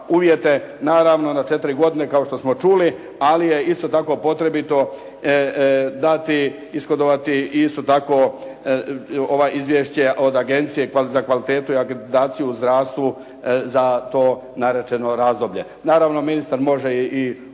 uvjete, naravno na četiri godine kao što smo čuli ali je isto tako potrebito dati, ishodovati isto tako ovo izvješće od Agencije za kvalitetu i akreditaciju u zdravstvu za to narečeno razdoblje. Naravno, ministar može i uzeti